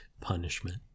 punishment